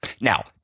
Now